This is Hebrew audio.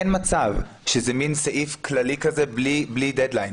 אין מצב שזה מעין סעיף כללי כזה בלי דד-ליין.